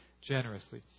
generously